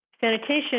Sanitation